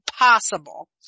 impossible